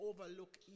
overlook